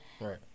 Right